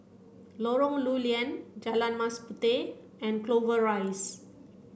Lorong Lew Lian Jalan Mas Puteh and Clover Rise